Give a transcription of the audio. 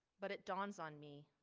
but it dawns on me.